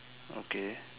okay